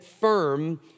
firm